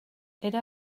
era